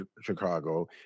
Chicago